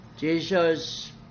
Jesus